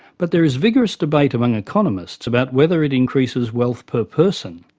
but there is vigorous debate among economists about whether it increases wealth per person,